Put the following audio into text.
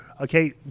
okay